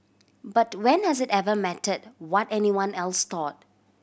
but when has it ever mattered what anyone else thought